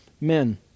Men